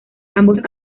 ambos